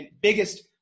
biggest